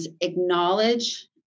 acknowledge